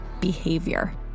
behavior